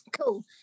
Cool